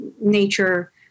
nature